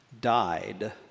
died